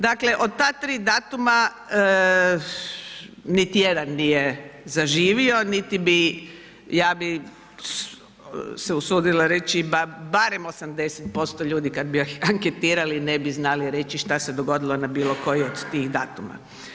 Dakle od ta tri datuma niti nijedan nije zaživio niti bi, ja bi se usudila reći barem 80% ljudi kada bi anketirali ne bi znali reći šta se dogodilo na bilo koji od tih datuma.